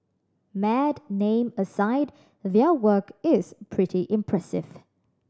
mad name aside their work is pretty impressive